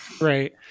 right